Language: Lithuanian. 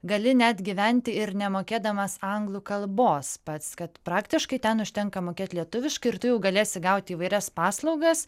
gali net gyventi ir nemokėdamas anglų kalbos pats kad praktiškai ten užtenka mokėt lietuviškai ir tu jau galėsi gaut įvairias paslaugas